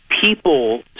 people